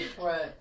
Right